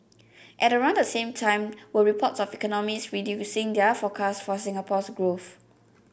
at around the same time were reports of economists reducing their forecast for Singapore's growth